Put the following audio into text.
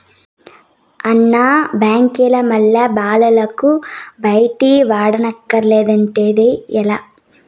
అన్న, బాంకీల మల్లె ఈ బాలలకు బయటి వాటాదార్లఉండేది లా